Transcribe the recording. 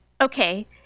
okay